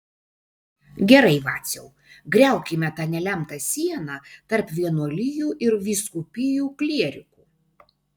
gerai vaciau griaukime tą nelemtą sieną tarp vienuolijų ir vyskupijų klierikų